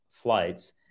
flights